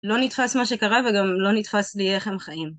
לא נתפס מה שקרה וגם לא נתפס לי איך הם חיים.